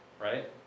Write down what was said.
right